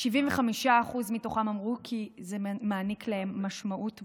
75% מתוכם אמרו כי זה מעניק להם משמעות בחיים,